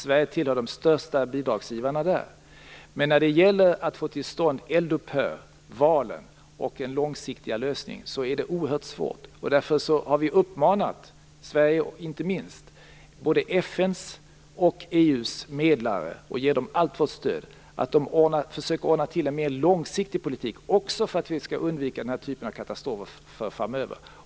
Sverige tillhör de största bidragsgivarna där. Men när det gäller att få till stånd eldupphör, val och en långsiktig lösning är det oerhört svårt. Därför har vi inte minst från Sverige uppmanat både FN:s och EU:s medlare - vi ger dem allt vårt stöd - att försöka ordna en mer långsiktig politik, också för att undvika den här typen av katastrofer framöver.